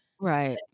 Right